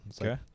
Okay